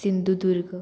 Sindhudurg